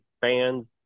fans